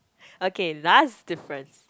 okay last difference